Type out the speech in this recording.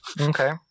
okay